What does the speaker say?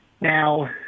Now